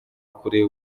kuri